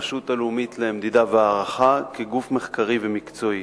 הרשות הלאומית למדידה והערכה, כגוף מחקרי ומקצועי.